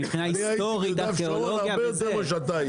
מבחינה היסטורית ארכיאולוגיה וזה.